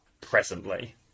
presently